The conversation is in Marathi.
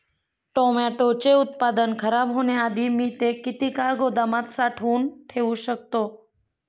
टोमॅटोचे उत्पादन खराब होण्याआधी मी ते किती काळ गोदामात साठवून ठेऊ शकतो?